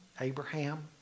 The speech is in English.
Abraham